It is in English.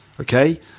Okay